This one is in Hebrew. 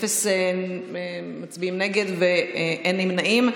אפס מצביעים נגד ואין נמנעים.